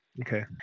Okay